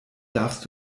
darfst